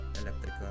electrical